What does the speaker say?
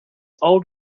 old